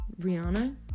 Rihanna